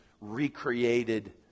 recreated